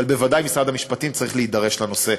אבל בוודאי משרד המשפטים צריך להידרש לנושא.